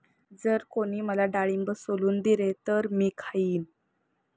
जर कोणी मला डाळिंब सोलून दिले तर मी खाईन